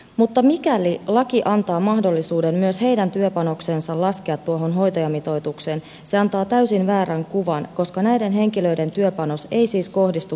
mutta mikäli laki antaa mahdollisuuden laskea myös heidän työpanoksensa tuohon hoitajamitoitukseen se antaa täysin väärän kuvan koska näiden henkilöiden työpanos ei siis kohdistu varsinaiseen hoitotyöhön